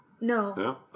No